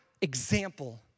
example